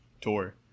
tour